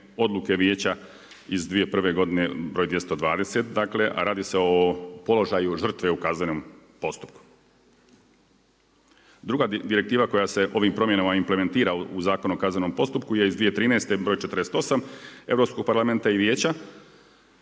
odluke vijeća iz 2001. br. 220, a radi se o položaju žetve u kaznenom postupku. Druga direktiva koja se ovim promjenama implementira u Zakon o kaznenom postupku je iz 2013. br. 48 Europskog parlamenta i Vijeća,